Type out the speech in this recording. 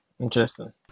Interesting